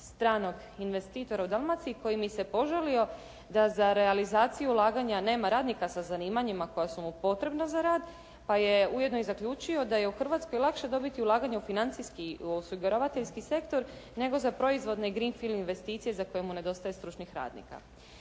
stranog investitora u Dalmaciji koji mi se požalio da za realizaciju ulaganja nema radnika sa zanimanjima koja su im potrebna za rad, pa je ujedno i zaključio da je u Hrvatskoj lakše dobiti ulaganje u financijski osiguravateljski sektor nego za proizvodne green field investicije za koje mu nedostaje stručnih radnika.